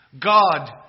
God